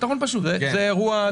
זה אירוע די דרמטי.